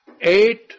Eight